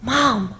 Mom